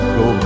go